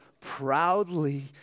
proudly